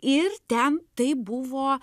ir ten tai buvo